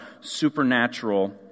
supernatural